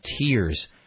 tears